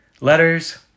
Letters